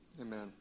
Amen